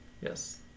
Yes